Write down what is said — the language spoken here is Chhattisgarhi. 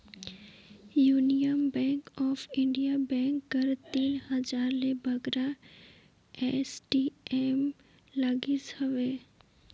union bank of India bank कर तीन हजार ले बगरा ए.टी.एम लगिस अहे